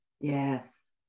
yes